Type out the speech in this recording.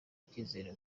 icyizere